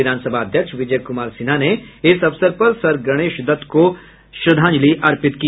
विधानसभा अध्यक्ष विजय कुमार सिन्हा ने इस अवसर पर सर गणेश दत्त को श्रद्धांजलि अर्पित की